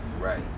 Right